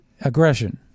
aggression